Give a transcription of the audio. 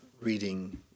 reading